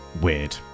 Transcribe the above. weird